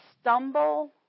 stumble